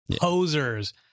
posers